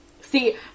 See